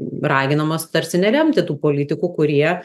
raginamos tarsi neremti tų politikų kurie